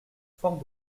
fort